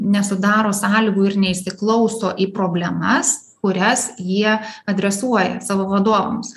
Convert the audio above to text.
nesudaro sąlygų ir neįsiklauso į problemas kurias jie adresuoja savo vadovams